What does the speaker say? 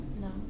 No